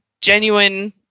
genuine